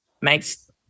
Makes